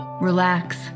relax